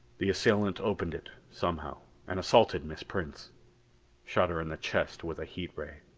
the assailant opened it somehow, and assaulted miss prince shot her in the chest with a heat ray.